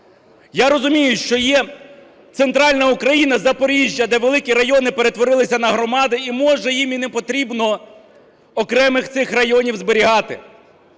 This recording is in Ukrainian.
Я розумію, що є Центральна Україна, Запоріжжя, де великі райони перетворилися на громади, і, може, їм і не потрібно окремих цих районів зберігати.